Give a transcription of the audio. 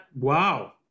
wow